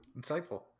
insightful